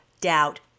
doubt